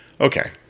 okay